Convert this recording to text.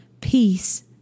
Peace